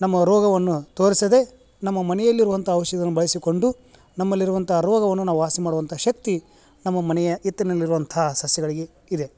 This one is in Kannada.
ನಮ್ಮ ರೋಗವನ್ನು ತೋರಿಸದೆ ನಮ್ಮ ಮನೆಯಲ್ಲಿರುವಂಥ ಔಷಧನ ಬಳಸಿಕೊಂಡು ನಮ್ಮಲ್ಲಿರುವಂಥ ರೋಗವನ್ನು ನಾವು ವಾಸಿ ಮಾಡುವಂಥ ಶಕ್ತಿ ನಮ್ಮ ಮನೆಯ ಹಿತ್ತಲ್ನಲ್ಲಿರುವಂಥ ಸಸ್ಯಗಳಿಗೆ ಇದೆ